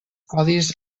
codis